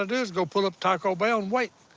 ah do is go pull up taco bell and wait.